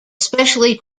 especially